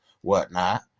whatnot